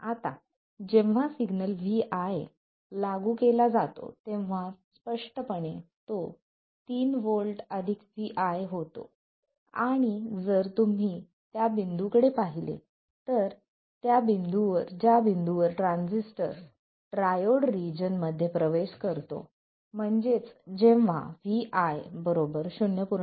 आता जेव्हा signal vi लागू केला जातो तेव्हा स्पष्टपणे तो 3 V vi होतो आणि जर तुम्ही त्या बिंदू कडे पाहिले ज्या बिंदूवर ट्रान्झिस्टर ट्रायोड रिजन मध्ये प्रवेश करतो म्हणजेच जेव्हा vi 0